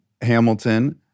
Hamilton